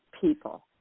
people